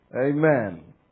Amen